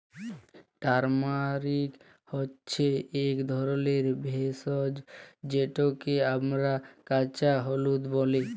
turmeric হছে ইক ধরলের ভেষজ যেটকে আমরা কাঁচা হলুদ ব্যলি